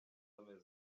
amezi